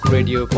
Radio